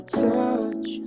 touch